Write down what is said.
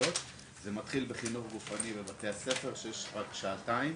זה מתחיל בחינוך גופני בבתי הספר, שם יש רק שעתיים